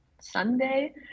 Sunday